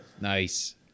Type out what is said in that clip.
Nice